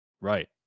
Right